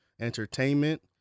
entertainment